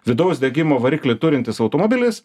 vidaus degimo variklį turintis automobilis